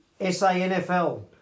SANFL